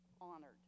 honored